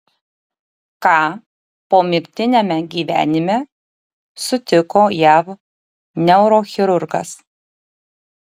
ką pomirtiniame gyvenime sutiko jav neurochirurgas